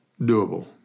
doable